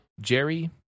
Jerry